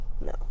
No